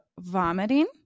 vomiting